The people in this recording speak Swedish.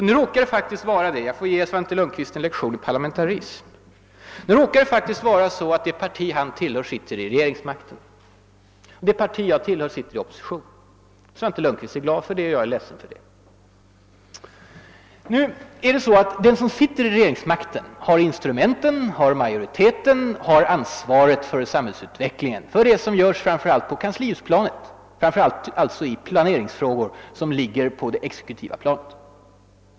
Nu råkar det faktiskt vara så — jag får ge Svante Lundkvist en lektion i parlamentarism — att det parti han tillhör innehar regeringsmakten, och det parti jag tillhör befinner sig i oppositionsställning. Svante Lundkvist är glad för det, och jag är ledsen över det. Den som har regeringsmakten har också instrumenten, har majoriteten och det främsta ansvaret för samhällsutvecklingen, för det som görs framför allt på kanslihuspla net och framför allt i planeringsfrågor som i dag i hög grad ligger på det exekutiva planet.